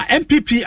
mpp